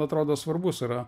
atrodo svarbus yra